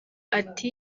ati